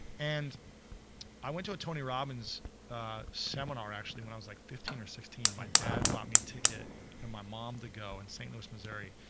and i went to a tony robbins seminar actually, when i was like fifteen or sixteen. my dad bought me a ticket and my mom to go, in st. louis, missouri.